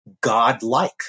godlike